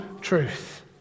truth